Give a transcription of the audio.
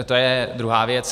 To je druhá věc.